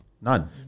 None